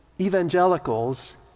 evangelicals